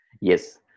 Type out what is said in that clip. Yes